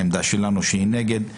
העמדה שלנו היא שאנחנו נגד.